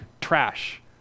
trash